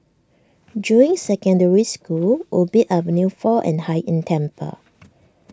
Juying Secondary School Ubi Avenue four and Hai Inn Temple